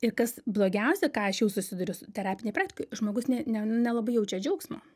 ir kas blogiausia ką aš jau susiduriu su terapinėj praktikoj žmogus ne ne nelabai jaučia džiaugsmo